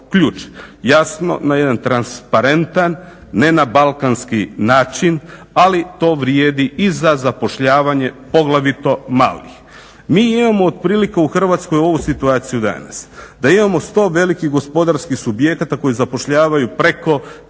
Jasno na jedan transparentan, ne na balkanski način, ali to vrijedi i za zapošljavanje poglavito malih. Mi imamo otprilike u Hrvatskoj ovu situaciju danas da imamo 100 velikih gospodarskih subjekata koji zapošljavaju preko 500